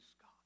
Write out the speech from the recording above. God